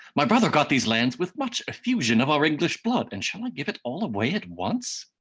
my brother got these lands with much effusion of our english blood, and shall i give it all away at once?